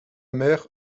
mère